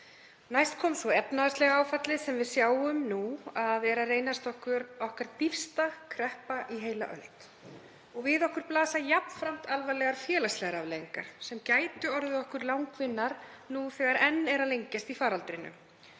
Næst kom svo efnahagslega áfallið sem við sjáum nú að er að reynast okkur okkar dýpsta kreppa í heila öld. Við okkur blasa jafnframt alvarlegar félagslegar afleiðingar sem gætu orðið langvinnar nú þegar enn er að lengjast í faraldrinum.